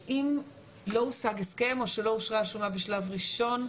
אם לא הושג הסכם או שלא אושרה השומה בשלב ראשון,